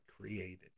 created